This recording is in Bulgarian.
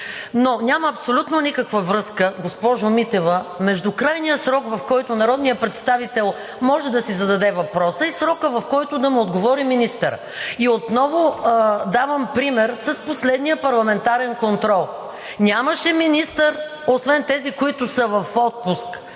но няма никаква връзка, госпожо Митева, между крайния срок, в който народният представител може да си зададе въпроса, и срокът, в който да му отговори министърът. Отново давам пример с последния парламентарен контрол. Нямаше министър, освен тези, които са в отпуск,